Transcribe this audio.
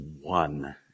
one